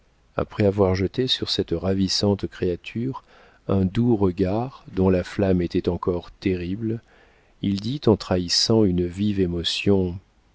après avoir jeté sur cette ravissante créature un doux regard dont la flamme était encore terrible il dit en trahissant une vive émotion